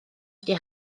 wedi